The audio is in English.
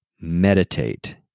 Meditate